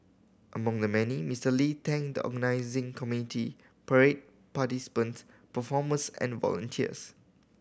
among the many Mister Lee thanked the organising committee parade participants performers and volunteers